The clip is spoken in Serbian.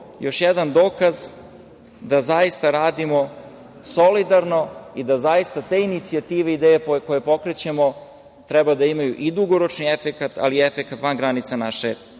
još jedan dokaz da zaista radimo solidarno i da zaista te inicijative i ideje koje pokrećemo treba da imaju i dugoročni efekat, ali i efekat van granica naše